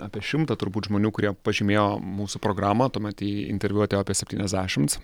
apie šimtą turbūt žmonių kurie pažymėjo mūsų programą tuomet į interviu atėjo apie septyniasdešimts